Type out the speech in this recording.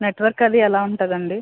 network అది ఎలా ఉంటుందండి